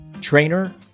trainer